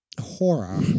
Horror